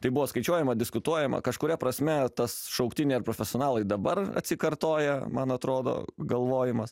tai buvo skaičiuojama diskutuojama kažkuria prasme tas šauktiniai ar profesionalai dabar atsikartoja man atrodo galvojimas